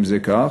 אם זה כך?